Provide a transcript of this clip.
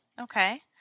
Okay